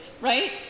Right